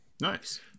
Nice